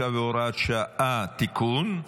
69 והוראת שעה) (תיקון),